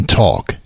talk